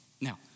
Now